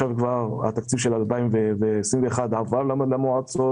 התקציב של 2021 עבר למועצות